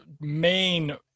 main